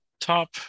top